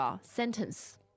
sentence